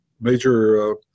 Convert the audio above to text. Major